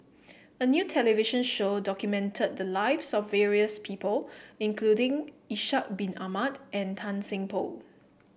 a new television show documented the lives of various people including Ishak Bin Ahmad and Tan Seng Poh